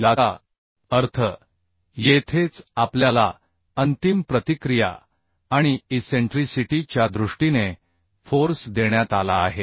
याचा अर्थ येथेच आपल्याला अंतिम प्रतिक्रिया आणि इसेंट्रीसिटी च्या दृष्टीने फोर्स देण्यात आला आहे